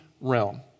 realm